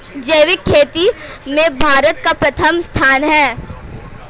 जैविक खेती में भारत का प्रथम स्थान है